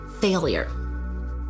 Failure